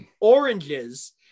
Oranges